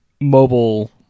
mobile